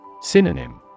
Synonym